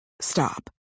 stop